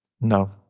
No